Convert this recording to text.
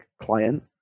client